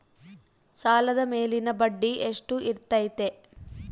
ಸಾಲದ ಮೇಲಿನ ಬಡ್ಡಿ ಎಷ್ಟು ಇರ್ತೈತೆ?